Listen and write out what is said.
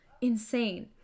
insane